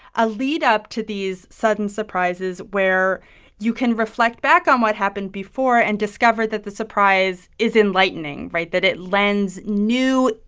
a lead-up to these sudden surprises where you can reflect back on what happened before and discover that the surprise is enlightening right? that it lends new,